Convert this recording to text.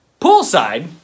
poolside